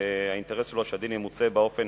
והאינטרס שלו הוא שהדין ימוצה באופן